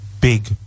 big